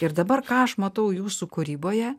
ir dabar ką aš matau jūsų kūryboje